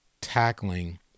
tackling